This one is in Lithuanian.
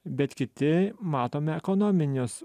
bet kiti matome ekonominius